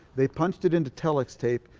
they punched it into telex tape,